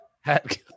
hat